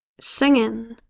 singing